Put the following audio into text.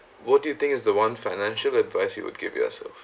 what do you think is the one financial advice you would give to yourself